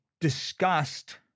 discussed